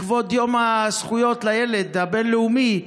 לכבוד יום זכויות הילד הבין-לאומי,